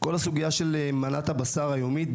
כל הסוגיה של מנת הבשר היומית,